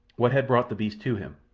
what had brought the beast to him?